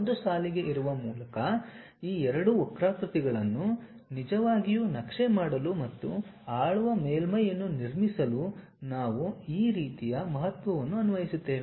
ಒಂದು ಸಾಲಿಗೆ ಸೇರುವ ಮೂಲಕ ಈ ಎರಡು ವಕ್ರಾಕೃತಿಗಳನ್ನು ನಿಜವಾಗಿಯೂ ನಕ್ಷೆ ಮಾಡಲು ಮತ್ತು ಆಳುವ ಮೇಲ್ಮೈಯನ್ನು ನಿರ್ಮಿಸಲು ನಾವು ಆ ರೀತಿಯ ಮಹತ್ವವನ್ನು ಅನ್ವಯಿಸುತ್ತೇವೆ